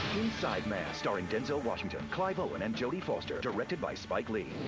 inside man, starring denzel washington, clive owen and jodie foster directed by spike lee.